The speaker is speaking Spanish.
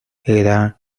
era